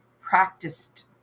practiced